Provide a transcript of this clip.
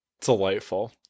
delightful